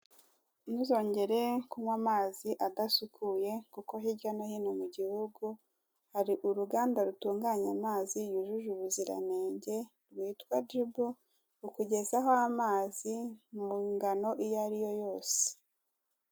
Ntuzongere kunywa amazi adasukuye kuko hirya no hino mu gihugu, hari uruganda rutunganya amazi yujuje ubuziranenge rwitwa Jibu, rukugezaho amazi mu ngano iyo ari yo yose.